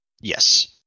Yes